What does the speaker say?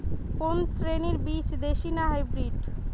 কোন শ্রেণীর বীজ দেশী না হাইব্রিড?